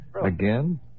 Again